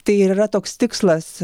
tai ir yra toks tikslas